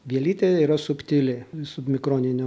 vielytė yra subtili viso mikroninio